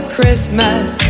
Christmas